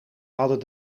hadden